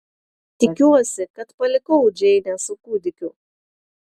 tikiuosi kad palikau džeinę su kūdikiu